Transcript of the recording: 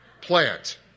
Plant